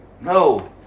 No